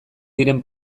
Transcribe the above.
diren